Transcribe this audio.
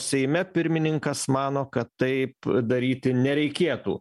seime pirmininkas mano kad taip daryti nereikėtų